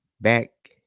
Back